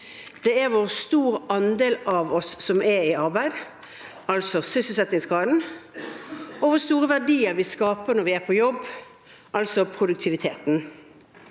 Det er hvor stor andel av oss som er i arbeid, altså sysselsettingsgraden, og hvor store verdier vi skaper når vi er på jobb, altså produktiviteten.